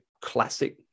classic